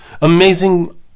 amazing